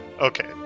okay